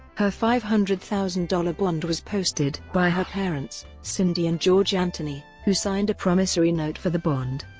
her five hundred thousand dollars bond was posted by her parents, cindy and george anthony, who signed a promissory note for the bond.